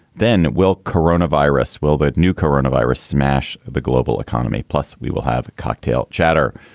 then will corona virus? will that new coronavirus smash the global economy? plus, we will have a cocktail chatter.